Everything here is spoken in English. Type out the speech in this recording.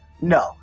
No